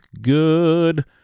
good